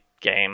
game